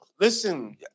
Listen